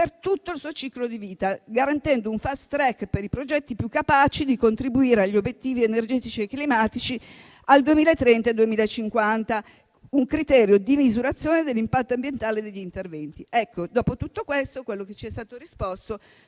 tutto il suo ciclo di vita, garantendo un *fast-track* per i progetti più capaci di contribuire agli obiettivi energetici e climatici al 2030 e 2050, un criterio di misurazione dell'impatto ambientale degli interventi. Dopo tutto questo, ci è stato risposto